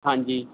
ਹਾਂਜੀ